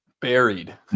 Buried